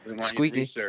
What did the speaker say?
Squeaky